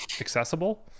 accessible